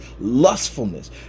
lustfulness